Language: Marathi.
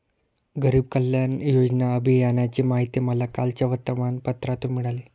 गरीब कल्याण योजना अभियानाची माहिती मला कालच्या वर्तमानपत्रातून मिळाली